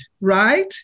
right